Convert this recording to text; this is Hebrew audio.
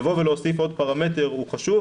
לבוא ולהוסיף עוד פרמטר זה חשוב,